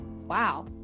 wow